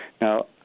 Now